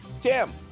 Tim